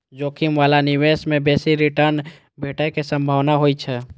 जोखिम बला निवेश मे बेसी रिटर्न भेटै के संभावना होइ छै